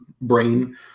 brain